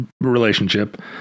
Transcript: relationship